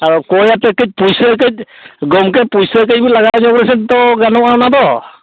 ᱠᱚᱭ ᱟᱛᱮᱫ ᱪᱮ ᱯᱩᱭᱥᱟᱹ ᱠᱟᱹᱡ ᱜᱚᱢᱠᱮ ᱯᱩᱭᱥᱟᱹ ᱠᱟᱹᱡ ᱵᱤᱱ ᱞᱟᱜᱟᱣ ᱧᱚᱜ ᱨᱮᱥᱮ ᱜᱟᱱᱚᱜᱼᱟ ᱚᱱᱟ ᱫᱚ